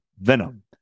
venom